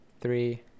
three